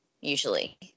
usually